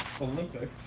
Olympic